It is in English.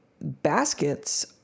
baskets